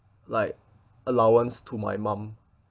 like allowance to my mum